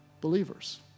believers